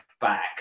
back